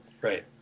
Right